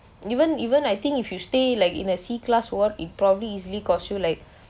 even even I think if you stay like in a C class ward it probably easily cost you like